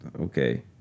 okay